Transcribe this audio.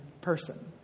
person